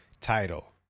title